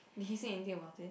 did he say anything about it